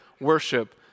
worship